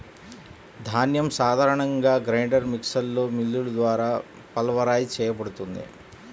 ధాన్యం సాధారణంగా గ్రైండర్ మిక్సర్లో మిల్లులు ద్వారా పల్వరైజ్ చేయబడుతుంది